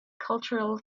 cultural